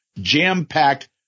jam-packed